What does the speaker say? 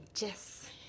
yes